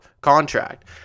contract